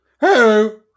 Hello